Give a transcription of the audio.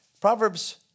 Proverbs